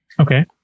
Okay